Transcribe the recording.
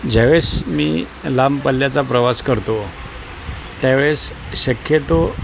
ज्यावेळेस मी लांब पल्ल्याचा प्रवास करतो त्यावेळेस शक्यतो